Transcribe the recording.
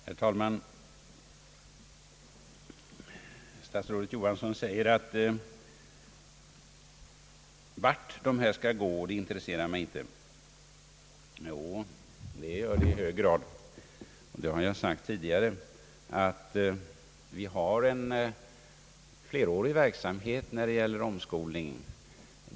Herr talman! Statsrådet Johansson säger att det inte intresserar mig vart de vid dessa kurser utbildade skall gå. Jo, det gör det i hög grad. Jag har sagt tidigare att vi har en flera år gammal verksamhet när det gäller omskolning.